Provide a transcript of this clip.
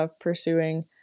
pursuing